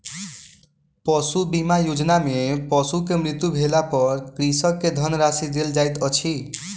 पशु बीमा योजना में पशु के मृत्यु भेला पर कृषक के धनराशि देल जाइत अछि